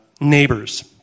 neighbors